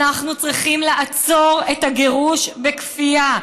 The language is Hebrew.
אנחנו צריכים לעצור את הגירוש בכפייה.